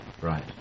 right